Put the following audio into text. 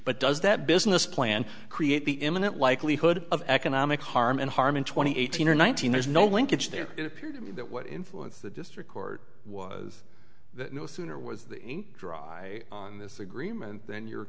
but does that business plan create the imminent likelihood of economic harm and harm in twenty eighteen or nineteen years no linkage there it appeared to me that what influenced the district court was that no sooner was dry on this agreement then your